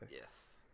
yes